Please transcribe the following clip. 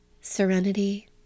serenity